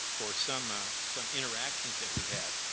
or some ah some interactions that we had.